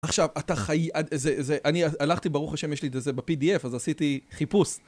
עכשיו, אתה חי... אני הלכתי, ברוך ה' יש לי את זה בפי.ד.י.אף, אז עשיתי חיפוש.